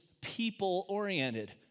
people-oriented